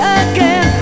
again